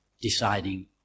deciding